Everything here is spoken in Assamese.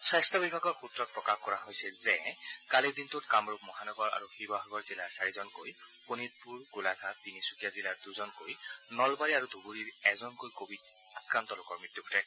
স্বাস্থ্য বিভাগৰ সূত্ৰত প্ৰকাশ কৰা হৈছে যে কালিৰ দিনটোত কামৰূপ মহানগৰ আৰু শিৱসাগৰ জিলাৰ চাৰিজনকৈ শোণিতপুৰ গোলাঘাট তিনিচুকীয়া জিলাৰ দুজনকৈ নলবাৰী আৰু ধুবুৰীৰ এজনকৈ কভিড আক্ৰান্ত লোকৰ মৃত্যু ঘটে